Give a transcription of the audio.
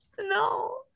No